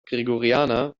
gregoriana